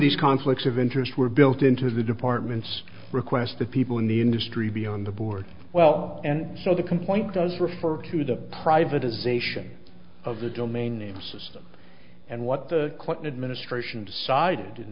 these conflicts of interest were built into the department's request that people in the industry be on the board well and so the complaint does refer to the privatisation of the domain name system and what the clinton administration decided in